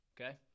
okay